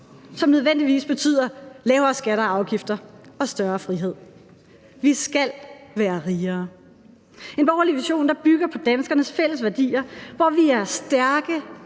som nødvendigvis betyder lavere skatter og afgifter og større frihed, vi skal være rigere; en borgerlig vision, der bygger på danskernes fælles værdier, hvor vi er stærke,